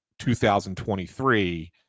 2023